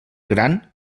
gran